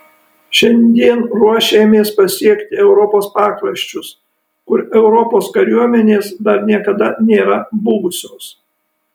šiandien ruošėmės pasiekti europos pakraščius kur europos kariuomenės dar niekada nėra buvusios